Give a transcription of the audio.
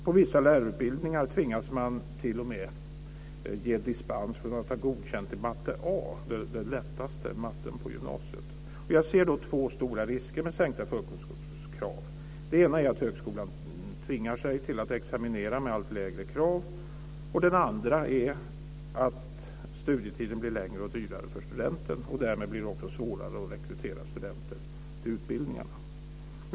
På vissa lärarutbildningar tvingas man t.o.m. att ge dispens från att ha godkänt i matte A, den lättaste matten på gymnasiet. Jag ser två stora risker med sänkta förkunskapskrav. Den ena är att högskolan tvingas till att examinera med allt lägre, den andra att studietiden blir längre och dyrare för studenten, och därmed blir det också svårare att rekrytera studenter till utbildningarna.